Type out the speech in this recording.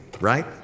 right